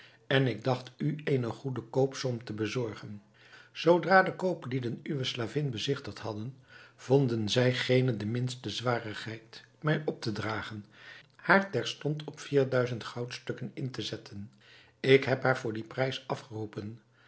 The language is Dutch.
aanzien ik dacht u eene goede koopsom te bezorgen zoodra de kooplieden uwe slavin bezigtigd hadden vonden zij geene de minste zwarigheid mij op te dragen haar terstond op vier duizend goudstukken in te zetten ik heb haar voor dien prijs afgeroepen